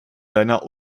seiner